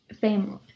family